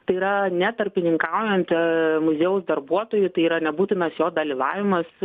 tai yra ne tarpininkaujant muziejaus darbuotojui tai yra nebūtinas jo dalyvavimas